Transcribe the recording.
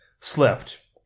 slept